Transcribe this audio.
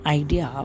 idea